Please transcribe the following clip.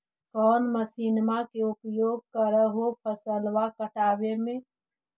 कौन मसिंनमा के उपयोग कर हो फसलबा काटबे में?